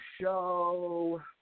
show